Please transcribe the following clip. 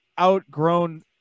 outgrown